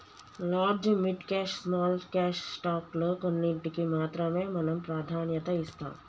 large mid cash small cash stock లో కొన్నింటికీ మాత్రమే మనం ప్రాధాన్యత ఇస్తాం